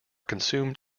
consumed